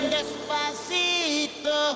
Despacito